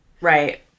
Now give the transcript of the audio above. right